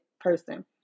person